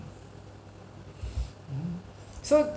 so